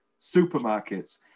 supermarkets